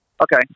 Okay